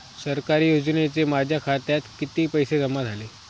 सरकारी योजनेचे माझ्या खात्यात किती पैसे जमा झाले?